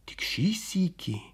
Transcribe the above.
tik šį sykį